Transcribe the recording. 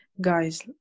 Guys